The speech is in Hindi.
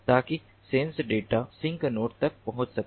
ताकि सेंस डेटा सिंक नोड तक पहुंच सके